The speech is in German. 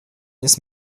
ist